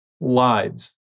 lives